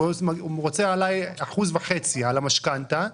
הוא רוצה עליי 1.5% על המשכנתא,